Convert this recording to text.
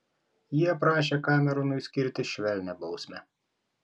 jie prašė kameronui skirti švelnią bausmę